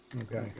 Okay